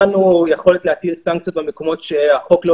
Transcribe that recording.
הנגיעה שלנו לחוק ולתיקונים בהקשר הזה לא